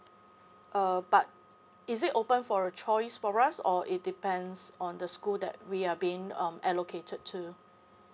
uh but is it open for a choice for us or it depends on the school that we are being um allocated to